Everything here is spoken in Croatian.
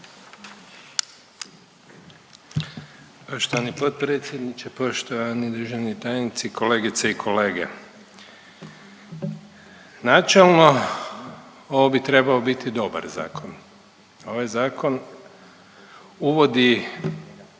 Poštovani potpredsjedniče, poštovani državni tajnici, kolegice i kolege. Načelno ovo bi trebao biti dobar zakon. Ovaj zakon uvodi